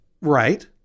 Right